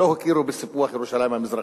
לא הכירו בסיפוח ירושלים המזרחית.